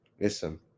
listen